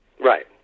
Right